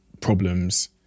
problems